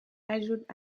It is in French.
ajoutent